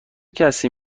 کسی